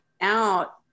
out